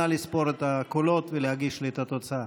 נא לספור את הקולות ולהגיש לי את התוצאה.